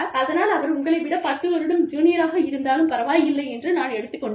அதனால் அவர் உங்களை விட 10 வருடம் ஜூனியராக இருந்தாலும் பரவாயில்லை என்று நான் எடுத்துக் கொண்டேன்